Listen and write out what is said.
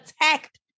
attacked